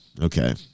okay